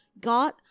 God